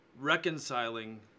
reconciling